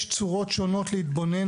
יש צורות התארגנות שונות,